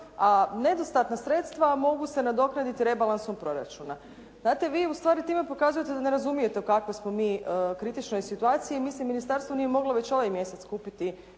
a nedostatna sredstva mogu se nadoknaditi rebalansom proračuna. Znate, vi ustvari time pokazujete da ne razumijete u kakvoj smo mi kritičnoj situaciji mislim Ministarstvo nije moglo već ovaj mjesec skupiti